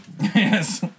yes